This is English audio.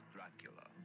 Dracula